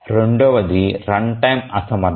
రెండవది run time అసమర్థత